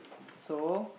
so